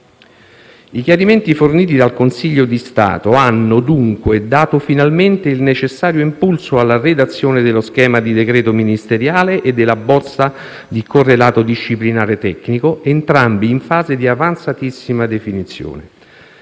I chiarimenti forniti dal Consiglio di Stato hanno, dunque, dato finalmente il necessario impulso alla redazione dello schema di decreto ministeriale e della bozza di correlato disciplinare tecnico, entrambi in fase di avanzatissima definizione.